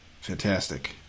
fantastic